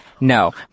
No